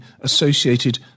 associated